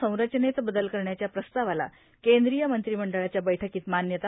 संरचनेत बदल करण्याच्या प्रस्तावाला केंद्रीय मंत्रिमंडळाच्या बैठ्कीत मान्यता